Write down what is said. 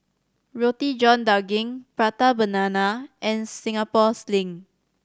Roti John Daging Prata Banana and Singapore Sling